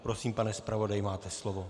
Prosím, pane zpravodaji, máte slovo.